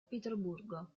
pietroburgo